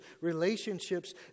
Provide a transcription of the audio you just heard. relationships